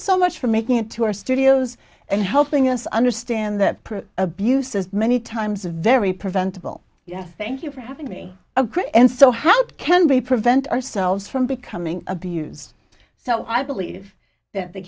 so much for making it to our studios and helping us understand that abuse is many times very preventable yes thank you for having me a critic and so how can we prevent ourselves from becoming abused so i believe that the